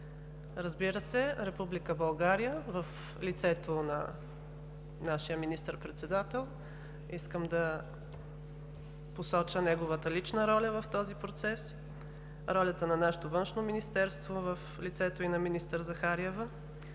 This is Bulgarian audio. разбира се, и на Република България в лицето на нашия министър-председател – искам да посоча неговата лична роля в този процес, и ролята на нашето Външно министерство в лицето на министър Захариева.